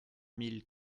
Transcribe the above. mille